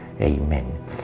Amen